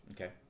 Okay